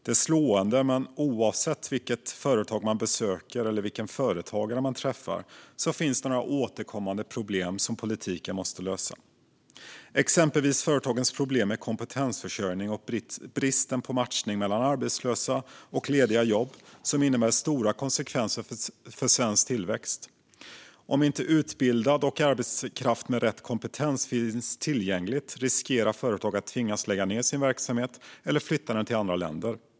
Det är slående, men oavsett vilket företag man besöker eller vilken företagare man träffar finns det några återkommande problem som politiken måste lösa. Ett exempel är företagens problem med kompetensförsörjning och bristen på matchning mellan arbetslösa och lediga jobb, vilket innebär stora konsekvenser för svensk tillväxt. Om inte utbildad arbetskraft och arbetskraft med rätt kompetens finns tillgänglig riskerar företag att tvingas lägga ned sin verksamhet eller flytta den till andra länder.